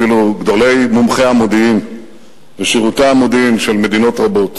אפילו גדולי מומחי המודיעין ושירותי המודיעין של מדינות רבות